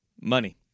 Money